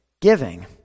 giving